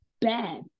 bad